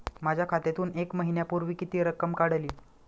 माझ्या खात्यातून एक महिन्यापूर्वी किती रक्कम काढली?